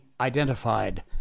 identified